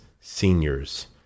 seniors